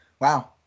Wow